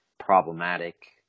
Problematic